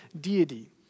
deity